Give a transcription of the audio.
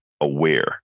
aware